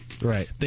Right